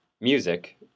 music